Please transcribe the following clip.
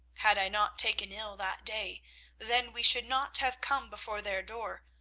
had i not taken ill that day then we should not have come before their door,